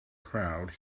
crowd